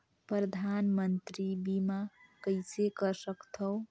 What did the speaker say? परधानमंतरी बीमा कइसे कर सकथव?